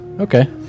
Okay